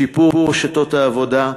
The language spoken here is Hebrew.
שיפור שיטות העבודה,